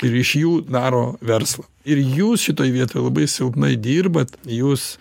ir iš jų daro verslą ir jūs šitoj vietoj labai silpnai dirbat jūs